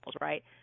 Right